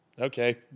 okay